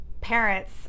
parents